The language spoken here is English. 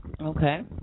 okay